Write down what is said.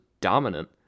dominant